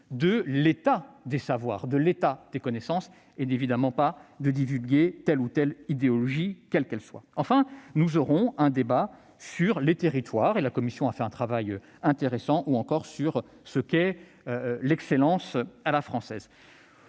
de l'état des savoirs et des connaissances, et non pour divulguer telle ou telle idéologie, quelle qu'elle soit. Enfin, nous aurons un débat sur les territoires- la commission a fait un travail intéressant -ou sur ce qu'est l'excellence à la française.